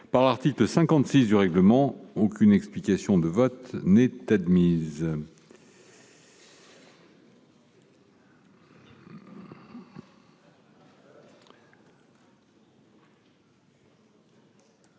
à l'article 56 du règlement ; aucune explication de vote n'est admise.